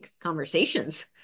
conversations